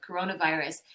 coronavirus